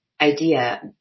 idea